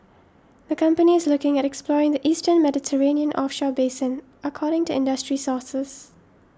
the company is looking at exploring the eastern Mediterranean offshore basin according to industry sources